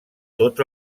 tots